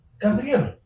Gabriel